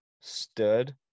stood